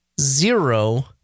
zero